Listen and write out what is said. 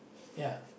ya